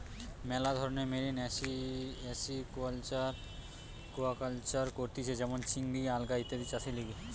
মেলা ধরণের marine aquaculture করতিছে যেমন চিংড়ি, আলগা ইত্যাদি চাষের লিগে